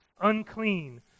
unclean